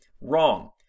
wrong